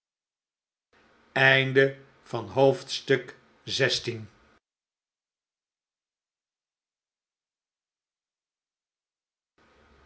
voorkomen van het